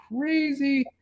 crazy